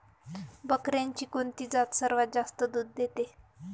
बकऱ्यांची कोणती जात सर्वात जास्त दूध देते?